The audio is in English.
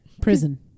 prison